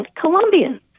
Colombians